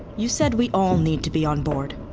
you said we all need to be on-board.